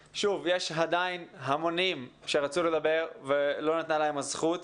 עדיין המונים שרצו לדבר ולא ניתנה להם הזכות.